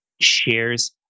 shares